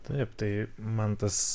taip tai man tas